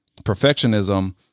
perfectionism